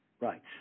Right